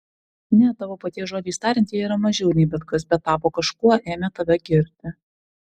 ne tavo paties žodžiais tariant jie yra mažiau nei bet kas bet tapo kažkuo ėmę tave girti